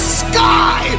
sky